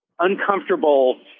uncomfortable